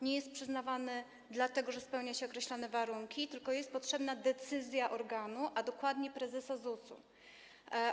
Nie jest ono przyznawane, dlatego że spełnia się określone warunki, tylko jest tu potrzebna decyzja organu, a dokładnie prezesa ZUS-u.